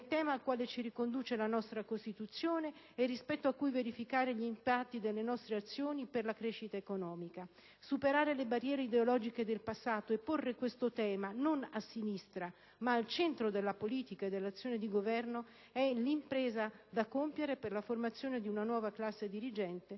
un tema al quale riconduce anche la nostra Costituzione e rispetto al quale verificare gli impatti delle nostre azioni per la crescita economica. Superare le barriere ideologiche del passato e porre questo tema non a sinistra ma al centro della politica e dell'azione di governo è l'impresa da compiere per la formazione di una nuova classe dirigente